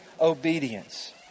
obedience